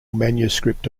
manuscript